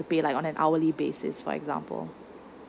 to pay like on an hourly basis for example